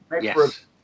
yes